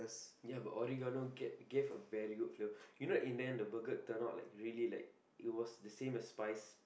ya but Oregano get gave a very good flavour you know in England the burger turn out like really like it was the same as spice